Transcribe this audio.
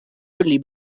only